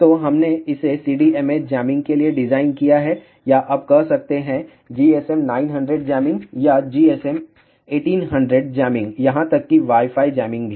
तो हमने इसे CDMA जैमिंग के लिए डिज़ाइन किया है या आप कह सकते हैं GSM 900 जैमिंग या GSM 1800 जैमिंग यहां तक कि वाई फाई जैमिंग भी